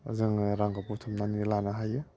जोङो रांखौ बुथुमनानै लानो हायो